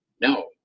no